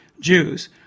Jews